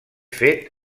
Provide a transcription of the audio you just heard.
fet